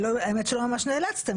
האמת שלא ממש נאלצתם,